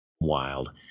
Wild